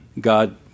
God